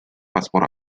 paspor